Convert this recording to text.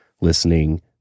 listening